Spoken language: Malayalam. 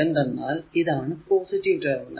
എന്തെന്നാൽ ഇതാണ് പോസിറ്റീവ് ടെർമിനൽ